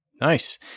Nice